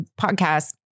podcast